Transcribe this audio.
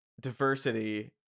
diversity